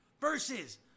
Versus